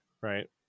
Right